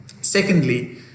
Secondly